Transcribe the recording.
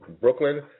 Brooklyn